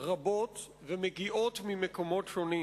רבות ומגיעות ממקומות שונים.